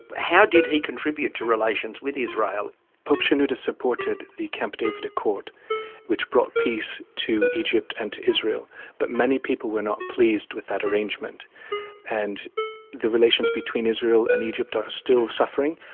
how did he contribute to relations with israel? pope shenouda supported the camp david accord which brought peace to egypt and to israel but many people were not pleased with that arrangement and the relations between israel and egypt are still suffering.